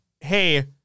Hey